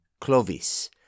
Clovis